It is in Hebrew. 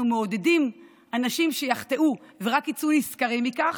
אנחנו מעודדים אנשים שיחטאו ורק יצאו נשכרים מכך,